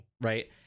Right